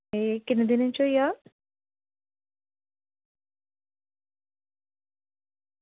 एह् किन्ने दिन च होई जाह्ग